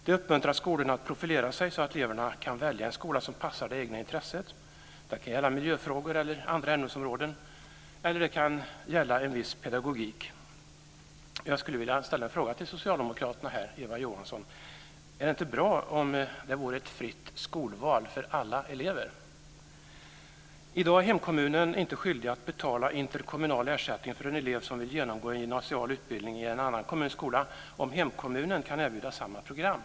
Det uppmuntrar skolorna att profilera sig så att eleverna kan välja en skola som passar det egna intresset. Det kan gälla miljöfrågor eller andra ämnesområden eller också kan det gälla en viss pedagogik. Jag skulle vilja ställa en fråga till socialdemokraterna här: Eva Johansson, vore det inte bra med fritt skolval för alla elever? I dag är hemkommunen inte skyldig att betala interkommunal ersättning för en elev som vill genomgå en gymnasial utbildning i en annan kommuns skola om hemkommunen kan erbjuda samma program.